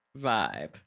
vibe